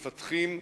מפתחים,